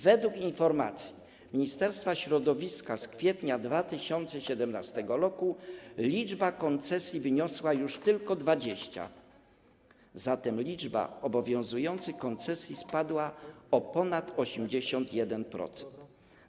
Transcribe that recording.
Według informacji Ministerstwa Środowiska z kwietnia 2017 r. liczba koncesji wyniosła wówczas już tylko 20, zatem liczba obowiązujących koncesji spadła o ponad 81%.